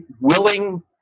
willing